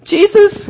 Jesus